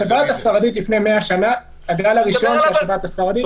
זה פורום קהלת?